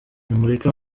nimureke